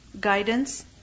Guidance